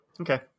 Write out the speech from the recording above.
Okay